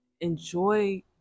Enjoy